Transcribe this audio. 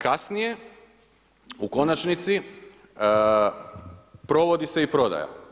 Kasnije, u konačnici provodi se i prodaja.